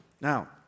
Now